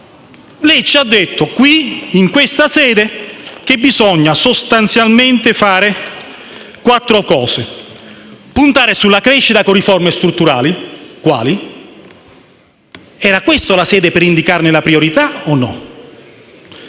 Lei ci ha detto in questa sede che bisogna sostanzialmente fare quattro cose, tra cui puntare sulla crescita con riforme strutturali. Quali? Era questa la sede per indicarne la priorità o no?